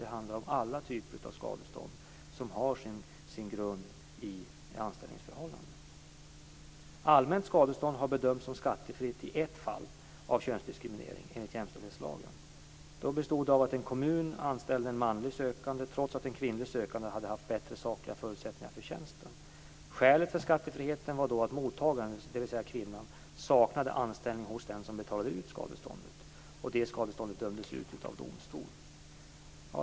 Det handlar om alla typer av skadestånd som har sin grund i anställningsförhållandet. Allmänt skadestånd har bedömts som skattefritt i ett fall av könsdiskriminering enligt jämställdhetslagen. Det bestod av att en kommun anställde en manlig sökande trots att en kvinnlig sökande hade haft bättre sakliga förutsättningar för tjänsten. Skälet för skattefriheten var då att mottagaren, dvs. kvinnan, saknade anställning hos den som betalade ut skadeståndet. Det skadeståndet dömdes ut av domstol.